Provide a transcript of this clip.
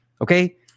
Okay